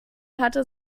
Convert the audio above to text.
hatte